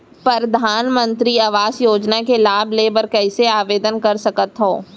परधानमंतरी आवास योजना के लाभ ले बर कइसे आवेदन कर सकथव?